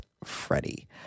freddie